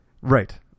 Right